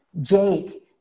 Jake